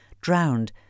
drowned